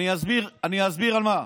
היה, אני אסביר על מה.